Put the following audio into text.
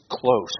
close